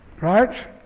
right